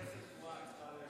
המדפסת תקועה.